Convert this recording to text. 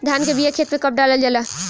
धान के बिया खेत में कब डालल जाला?